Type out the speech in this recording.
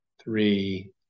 three